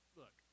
look